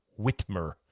Whitmer